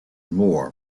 more